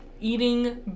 eating